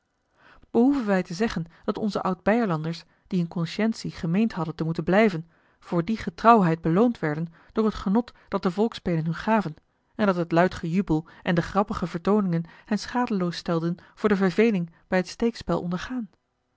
behoeven wij te zeggen dat onze oud beierlanders die in conscientie gemeend hadden te moeten blijven voor die getrouwheid beloond werden door het genot dat de volksspelen hun gaven en dat het luid gejubel en de grappige vertooningen hen schadeloos stelden voor de verveling bij het steekspel ondergaan